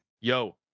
Yo